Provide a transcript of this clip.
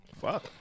Fuck